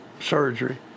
surgery